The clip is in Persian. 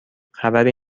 خبری